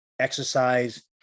exercise